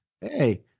hey